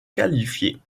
qualifiée